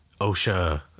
OSHA